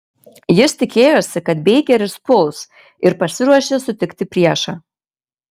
jis tikėjosi kad beikeris puls ir pasiruošė sutikti priešą